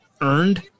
earned